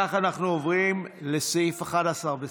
אנחנו עוברים להצעת החוק המוצמדת.